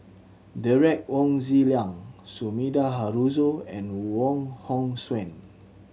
Derek Wong Zi Liang Sumida Haruzo and Wong Hong Suen